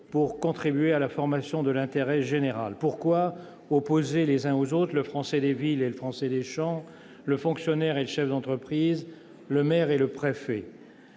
pour contribuer à la formation de l'intérêt général. Pourquoi opposer les uns aux autres, le Français des villes et le Français des champs, le fonctionnaire et le chef d'entreprise, le maire et le préfet ?